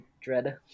dread